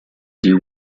doo